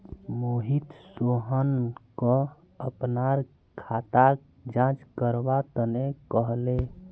मोहित सोहनक अपनार खाताक जांच करवा तने कहले